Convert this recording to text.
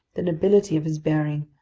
the nobility of his bearing,